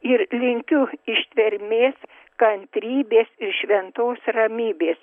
ir linkiu ištvermės kantrybės ir šventos ramybės